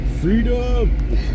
Freedom